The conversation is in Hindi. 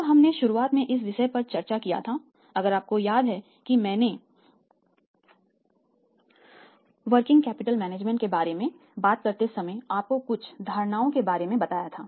जब हमने शुरुआत में इस विषय पर चर्चा क्या था अगर आपको याद है कि मैंने वर्किंग कैपिटल मैनेजमेंट के बारे में बात करते समय आपको कुछ धारणाओ के बारे में बताया था